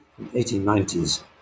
1890s